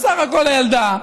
סך הכול הילדה,